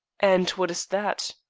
and what is that?